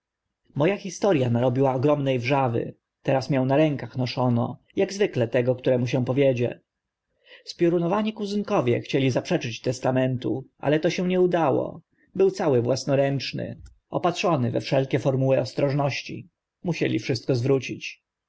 a historia narobiła ogromne wrzawy teraz mię na rękach noszono ak zwykle tego któremu się powiedzie spiorunowani kuzynkowie chcieli zaprzeczyć testamentu ale się to nie udało był cały własnoręczny opatrzony we wszelkie formuły ostrożności musieli wszystko zwrócić